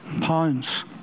pounds